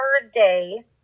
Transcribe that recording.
Thursday –